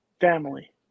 family